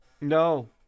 No